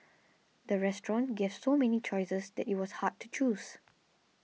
the restaurant gave so many choices that it was hard to choose